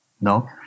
no